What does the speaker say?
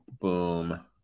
boom